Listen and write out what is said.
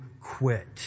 quit